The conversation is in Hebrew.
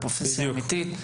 לפרופסיה אמיתית,